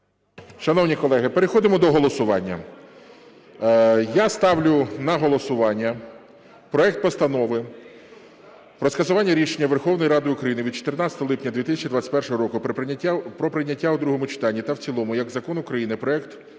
Шановні колеги, переходимо до голосування. Я ставлю на голосування проект Постанови про скасування рішення Верховної Ради України від 14 липня 2021 року про прийняття у другому читанні та в цілому як закону України проекту Закону